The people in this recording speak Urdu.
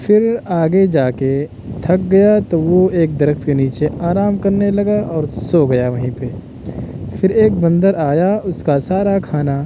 پھر آگے جا کے تھک گیا تو وہ ایک درخت کے نیچے آرام کرنے لگا اور سو گیا وہیں پہ پھر ایک بندر آیا اس کا سارا کھانا